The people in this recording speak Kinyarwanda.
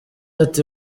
ati